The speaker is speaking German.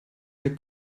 der